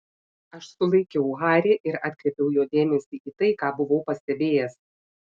aš sulaikiau harį ir atkreipiau jo dėmesį į tai ką buvau pastebėjęs